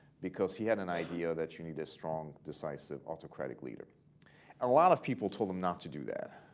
because he had an idea that you need a strong, decisive, autocratic leader. and a lot of people told him not to do that,